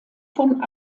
von